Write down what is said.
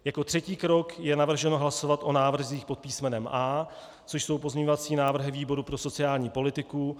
Jako třetí krok je navrženo hlasovat o návrzích pod písmenem A, což jsou pozměňovací návrhy výboru pro sociální politiku.